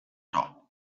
top